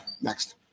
Next